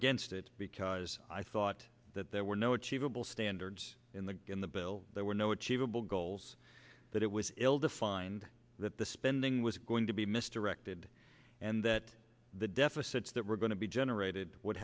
against it because i thought that there were no achievable standards in the in the bill there were no achievable goals that it was ill defined that the spending was going to be misdirected and that the deficits that were going to be generated would